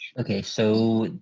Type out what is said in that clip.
okay so